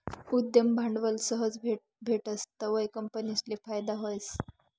उद्यम भांडवल सहज भेटस तवंय कंपनीसले फायदा व्हस